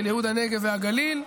של ייהוד הנגב והגליל.